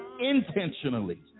intentionally